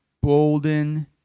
Bolden